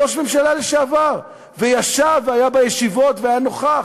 ראש ממשלה לשעבר, וישב והיה בישיבות והיה נוכח.